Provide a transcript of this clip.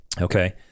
Okay